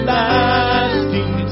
lasting